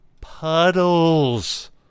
Puddles